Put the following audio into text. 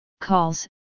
calls